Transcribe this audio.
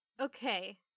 Okay